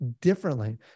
differently